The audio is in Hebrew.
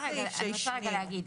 יד".